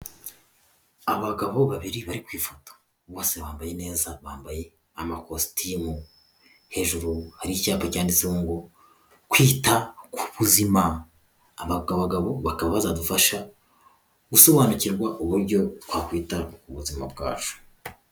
Abagabo babiri bari ku ifoto, bose bambaye neza bambaye amakositimu, hejuru hari icyapa cyanditseho ngo kwita ku buzima, aba bagabo bakaba bazadufasha gusobanukirwa uburyo twakwita ku buzima bwacu.